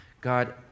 God